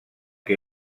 que